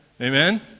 amen